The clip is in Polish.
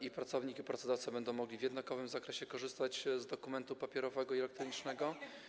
I pracownik, i pracodawca będą mogli w jednakowym zakresie korzystać z dokumentów papierowych i elektronicznych.